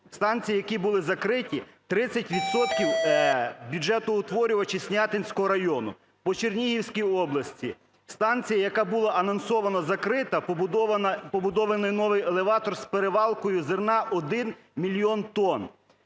станції, які були закриті – 30 відсотків бюджетоувтворювачі Снятинського району. По Чернігівській області станція, яка була анонсована закрита, побудований новий елеватор з перевалкою зерна 1 мільйон тон.